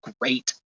great